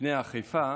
לפני אכיפה